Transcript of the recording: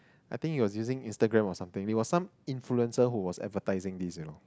I think he was using Instagram or something it was some influencer who was advertising this you know